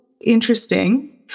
interesting